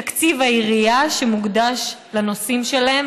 תקציב העירייה שמוקדש לנושאים שלהם,